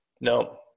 no